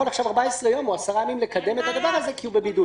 עכשיו 14 ימים או 10 ימים לקדם את החקירה כי הוא בבידוד.